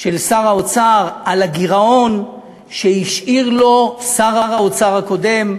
של שר האוצר שדיבר על הגירעון שהשאיר לו שר האוצר הקודם,